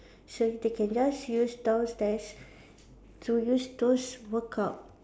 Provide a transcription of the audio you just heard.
so they can just use downstairs to use those workout